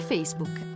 Facebook